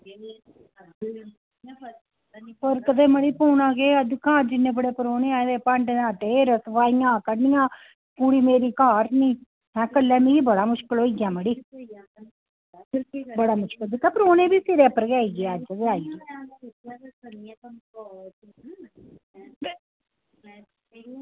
फर्क ते मड़ी पौना केह् ऐ अज्ज इन्ने बड़े परौह्ने आए दे भांडे दा ढेर लग्गा दा इंया सफाइयां करनियां कुड़ी मेरी घर निं ते कल्लै मिगी बड़ा मुश्कल होइया मड़ी बड़ा मुशकल दिक्खां परौह्ने बी सिरै उप्पर गै आई गे अज्ज गै आई गे